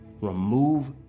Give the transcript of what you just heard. remove